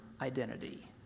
identity